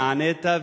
ונענית,